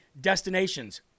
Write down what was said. destinations